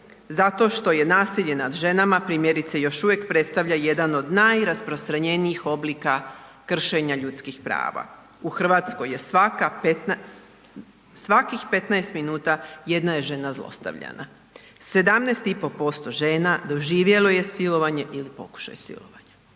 Zato što je nasilje nad ženama primjerice još uvijek predstavlja jedan od najrasprostranjenijih oblika kršenja ljudskih prava, u RH je svaka, svakih 15 minuta jedna je žena zlostavljana, 17,5% žena doživjelo je silovanje ili pokušaj silovanja.